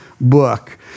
book